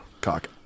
cock